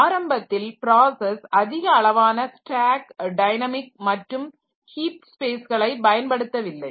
ஆரம்பத்தில் ப்ராசஸ் அதிகளவான stack dynamic மற்றும் ஹீப் ஸ்பேஸ்களை பயன்படுத்தவில்லை